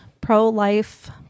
pro-life